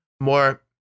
more